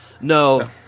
No